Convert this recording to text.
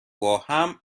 باهم